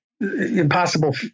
impossible